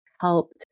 helped